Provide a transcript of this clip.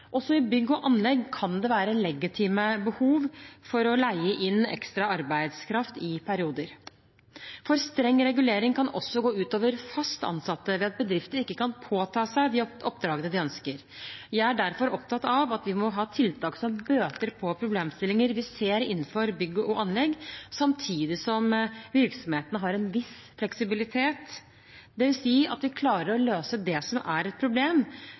Også i bygg og anlegg kan det være legitime behov for å leie inn ekstra arbeidskraft i perioder. For streng regulering kan også gå ut over fast ansatte ved at bedrifter ikke kan påta seg de oppdragene de ønsker. Jeg er derfor opptatt av at vi må ha tiltak som bøter på problemstillinger vi ser innenfor bygg og anlegg, samtidig som virksomhetene har en viss fleksibilitet, dvs. at vi klarer å løse det som er et problem,